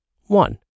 one